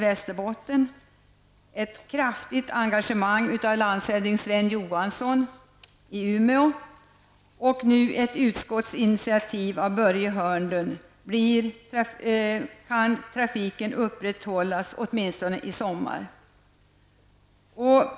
Västerbotten, ett kraftigt engagemang från landshövding Sven Johansson i Umeå och ett utskottsinitiativ av Börje Hörnlund kan lyckligtvis trafiken upprätthållas åtminstone i sommar.